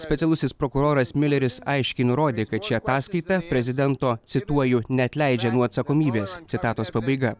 specialusis prokuroras miuleris aiškiai nurodė kad ši ataskaita prezidento cituoju neatleidžia nuo atsakomybės citatos pabaiga